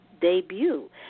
debut